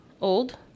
old